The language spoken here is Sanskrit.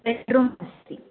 बेड्रूम् अस्ति